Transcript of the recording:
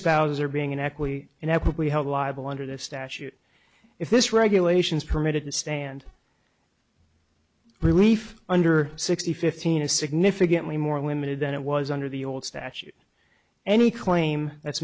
spouses are being in equity and held liable under this statute if this regulations permitted to stand relief under sixty fifteen is significantly more limited than it was under the old statute any claim that's